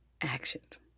actions